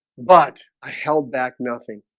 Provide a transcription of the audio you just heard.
but i held back nothing